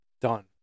done